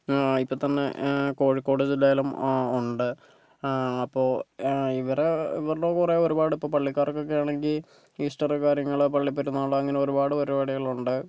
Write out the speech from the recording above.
ഇപ്പൊത്തന്നെ കോഴിക്കോട് ജില്ലയിലും ഉണ്ട് അപ്പോൾ ഇവരെ ഇവരുടെ കുറെ ഒരുപാട് ഇപ്പോൾ പള്ളിക്കാർക്കൊക്കെ ആണെങ്കി ഈസ്റ്ററ് കാര്യങ്ങള് പള്ളിപ്പെരുന്നാള് അങ്ങനെ ഒരുപാട് പരിപാടികളുണ്ട്